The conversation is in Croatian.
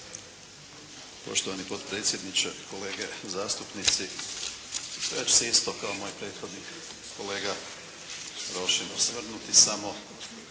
Poštovani potpredsjedniče, kolege zastupnici. Ja ću se isto kao moj prethodnik kolega Rošin osvrnuti samo